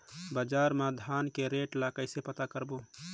बजार मा धान के रेट ला कइसे पता करबो?